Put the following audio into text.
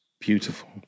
beautiful